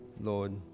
Lord